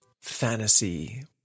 fantasy